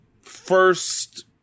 first